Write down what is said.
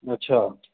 अच्छा